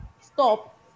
Stop